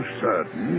certain